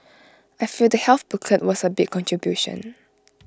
I feel the health booklet was A big contribution